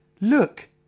Look